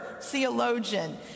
theologian